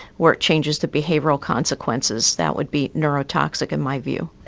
or it changes the behavioural consequences that would be neurotoxic in my view.